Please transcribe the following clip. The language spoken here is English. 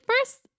first